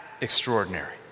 extraordinary